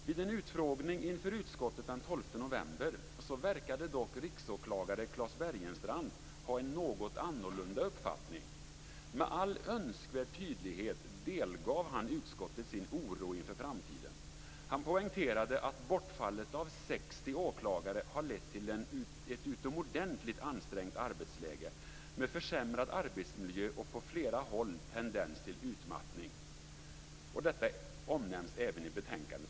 Vid en utfrågning inför utskottet den 12 november verkade dock riksåklagare Klas Bergenstrand ha en något annorlunda uppfattning. Med all önskvärd tydlighet delgav han utskottet sin oro inför framtiden. Han poängterade att bortfallet av 60 åklagare har lett till ett utomordentligt ansträngt arbetsläge med försämrad arbetsmiljö och på flera håll en tendens till utmattning. Detta omnämns även i betänkandet.